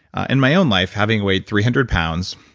ah in my own life, having weighed three hundred pounds,